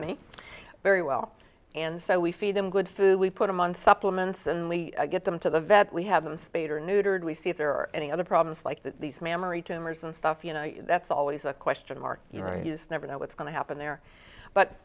me very well and so we feed them good food we put them on supplements and we get them to the vet we have them spayed or neutered we see if there are any other problems like these mammary tumors and stuff you know that's always a question mark you know you never know what's going to happen there but